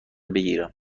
بگیرم